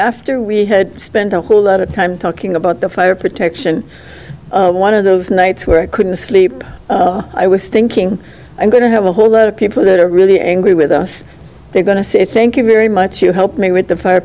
after we had spent a whole lot of time talking about the fire protection one of those nights where i couldn't sleep i was thinking i'm going to have a whole lot of people that are really angry with us they're going to say thank you very much you helped me with the fire